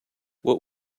what